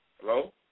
Hello